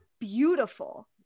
beautiful